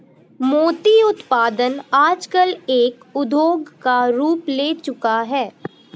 मोती उत्पादन आजकल एक उद्योग का रूप ले चूका है